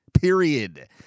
Period